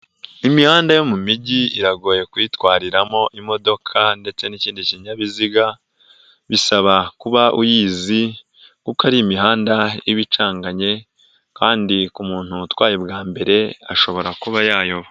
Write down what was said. Imihanda yo mu mijyi iragoye kuyitwariramo imodoka ndetse n'ikindi kinyabiziga, bisaba kuba uyizi kuko ari imihanda iba icanganye kandi ku muntu utwaye bwa mbere ashobora kuba yayoba.